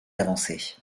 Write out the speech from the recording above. avancés